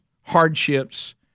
hardships